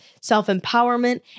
self-empowerment